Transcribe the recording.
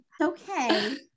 Okay